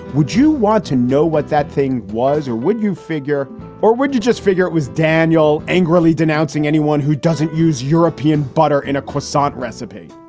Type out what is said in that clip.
would you want to know what that thing was? or would you figure or would you just figure it was daniel angrily denouncing anyone who doesn't use european butter in a croissant recipe?